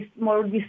more